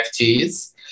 NFTs